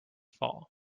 fall